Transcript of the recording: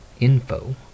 info